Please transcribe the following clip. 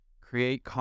Create